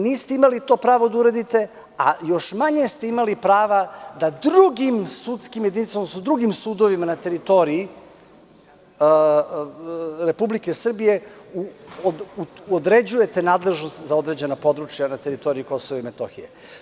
Niste imali na to pravo da uradite, a još manje ste imali prava da drugim sudskim jedinicama, odnosno drugim sudovima na teritoriji Republike Srbije određujete nadležnost za određena područja na teritoriji Kosova i Metohije.